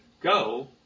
go